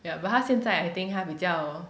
ya but 她现在 I think 她比较